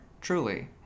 Truly